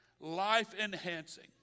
life-enhancing